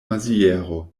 maziero